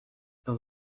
dans